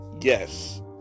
yes